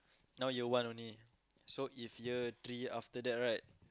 now year one only so if year three after that right